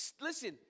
Listen